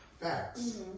facts